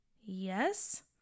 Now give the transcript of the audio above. Yes